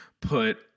put